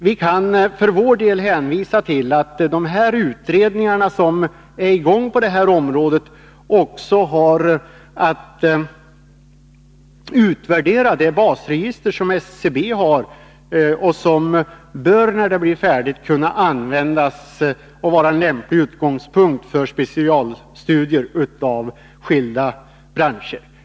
Vi kan för vår del hänvisa till att de utredningar som pågår på det här området också har att utvärdera det basregister som SCB har och som när det blir färdigt bör kunna vara en lämplig utgångspunkt för specialstudier av skilda branscher.